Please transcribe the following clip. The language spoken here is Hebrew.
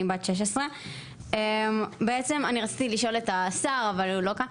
אני בת 16. בעצם אני רציתי לשאול את השר אבל הוא לא כאן.